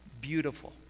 Beautiful